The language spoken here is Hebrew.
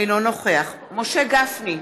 אינו נוכח משה גפני,